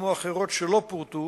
כמו אחרות שלא פורטו